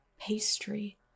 pastry